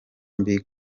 mbi